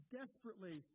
desperately